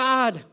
God